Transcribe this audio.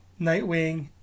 nightwing